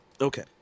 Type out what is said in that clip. okay